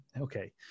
okay